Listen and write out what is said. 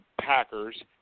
Packers